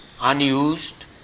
unused